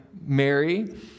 Mary